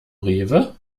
rewe